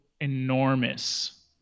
enormous